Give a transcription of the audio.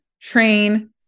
train